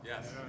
Yes